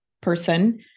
person